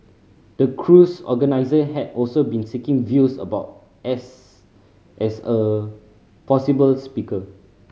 the cruise organiser had also been seeking views about Estes as a possible speaker